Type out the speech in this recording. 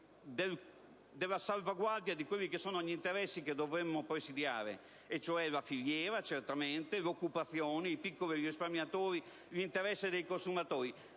della salvaguardia degli interessi che dovremmo presidiare, e cioè la filiera, l'occupazione, i piccoli risparmiatori, l'interesse dei consumatori.